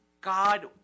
God